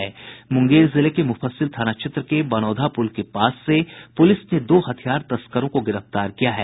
मुंगेर जिले के मुफस्सिल थाना क्षेत्र के बनौधा पुल के पास से पुलिस ने दो हथियार तस्कारों को गिरफ्तार किया है